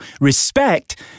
respect